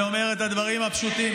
אני אומר את הדברים הפשוטים,